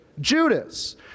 Judas